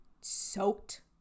soaked